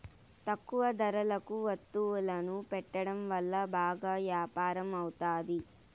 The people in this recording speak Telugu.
తక్కువ ధరలకు వత్తువులను పెట్టడం వల్ల బాగా యాపారం అవుతాది